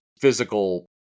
physical